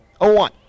0-1